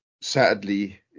sadly